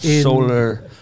Solar